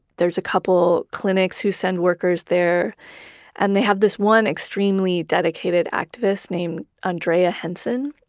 there's a couple clinics who send workers there and they have this one extremely dedicated activist named andrea hensen,